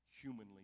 humanly